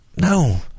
no